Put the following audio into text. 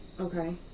Okay